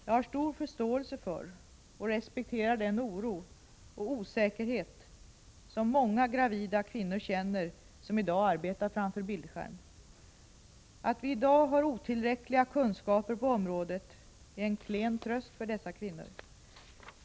Jag har stor förståelse för och respekterar den oro och osäkerhet som många gravida kvinnor känner som i dag arbetar framför bildskärm. Att vi i dag har otillräckliga kunskaper på området är en klen tröst för dessa kvinnor.